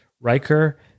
Riker